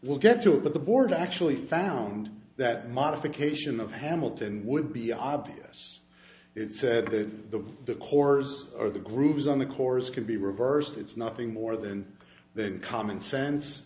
will get to the board actually found that modification of hamilton would be obvious it said that the the course or the grooves on the course can be reversed it's nothing more than the common sense